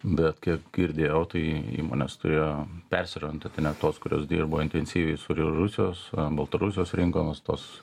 bet kiek girdėjau tai įmonės turėjo persiorientuoti net tos kurios dirbo intensyviai su rusijos baltarusijos rinkomis tos